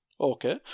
Okay